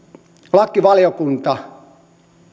lakivaliokunta